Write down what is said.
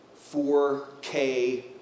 4K